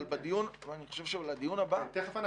אבל אני חושב שלדיון הבא --- תכף אנחנו